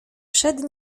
przed